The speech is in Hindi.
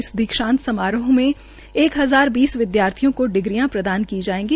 इस दीक्षांत समारोह में एक हजार बीस विद्यार्थियों को डिग्रियां प्रदान की जाएगी